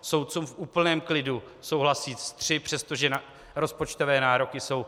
Soudcům v úplném klidu souhlasí s třemi, přestože rozpočtové nároky jsou